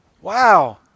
Wow